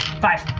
Five